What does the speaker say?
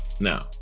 now